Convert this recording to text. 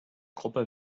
gruppe